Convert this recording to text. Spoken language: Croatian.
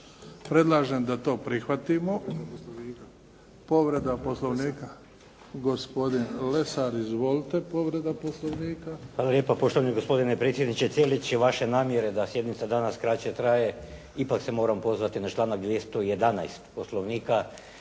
predlažem da to prihvatimo. Povreda Poslovnika. Gospodin Lesar izvolite. Povreda Poslovnika. **Lesar, Dragutin (Nezavisni)** Hvala lijepa poštovani gospodine predsjedniče. Cijeneći vaše namjere da sjednica danas kraće traje ipak se moram pozvati na članak 211. Poslovnika